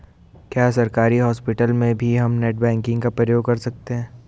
क्या सरकारी हॉस्पिटल में भी हम नेट बैंकिंग का प्रयोग कर सकते हैं?